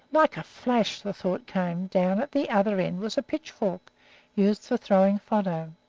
like a flash the thought came down at the other end was the pitchfork used for throwing fodder.